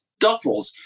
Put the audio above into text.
duffels